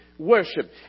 Worship